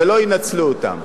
ולא ינצלו אותם.